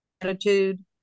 attitude